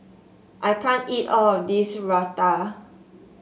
I can't eat all of this Raita